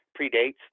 predates